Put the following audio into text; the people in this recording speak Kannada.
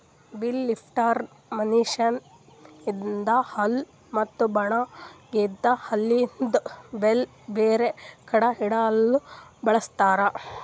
ಬೇಲ್ ಲಿಫ್ಟರ್ ಮಷೀನ್ ಇಂದಾ ಹುಲ್ ಮತ್ತ ಒಣಗಿದ ಹುಲ್ಲಿಂದ್ ಬೇಲ್ ಬೇರೆ ಕಡಿ ಇಡಲುಕ್ ಬಳ್ಸತಾರ್